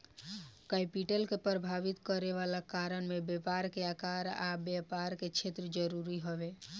capital के प्रभावित करे वाला कारण में व्यापार के आकार आ व्यापार के क्षेत्र जरूरी हवे